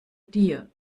dir